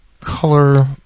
color